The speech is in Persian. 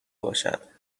باشد